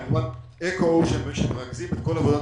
כמובן אקואושן שמרכזים את כל עבודת